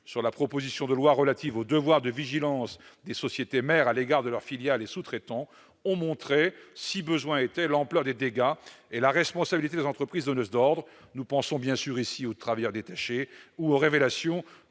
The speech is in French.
sur la proposition de loi relative au devoir de vigilance des sociétés mères à l'égard de leurs filiales et sous-traitants ont montré, si besoin était, l'ampleur des dégâts et la responsabilité des entreprises donneuses d'ordres. Nous pensons bien sûr, ici, aux travailleurs détachés ou aux révélations